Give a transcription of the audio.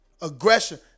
aggression